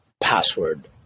password